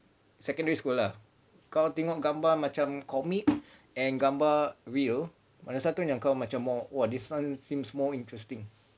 secondary school lah kau tengok gambar macam comic and gambar macam real mana satu yang kau macam more !wah! this [one] seems more interesting